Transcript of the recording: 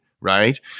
Right